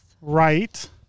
right